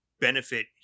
benefit